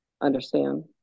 understand